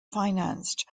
financed